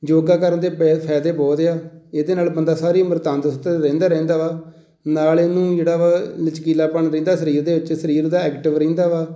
ਯੋਗਾ ਕਰਨ ਦੇ ਵੈਸੇ ਫਾਇਦੇ ਬਹੁਤ ਆ ਇਹਦੇ ਨਾਲ ਬੰਦਾ ਸਾਰੀ ਉਮਰ ਤੰਦਰੁਸਤ ਰਹਿੰਦਾ ਰਹਿੰਦਾ ਵਾ ਨਾਲ ਉਹਨੂੰ ਜਿਹੜਾ ਵਾ ਲਚਕੀਲਾਪਣ ਰਹਿੰਦਾ ਸਰੀਰ ਦੇ ਵਿੱਚ ਸਰੀਰ ਉਹਦਾ ਐਕਟਿਵ ਰਹਿੰਦਾ ਵਾ